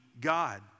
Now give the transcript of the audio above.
God